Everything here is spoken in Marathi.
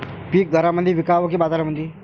पीक घरामंदी विकावं की बाजारामंदी?